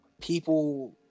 people